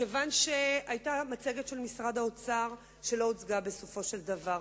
מכיוון שהיתה מצגת של משרד האוצר שלא הוצגה בסופו של דבר,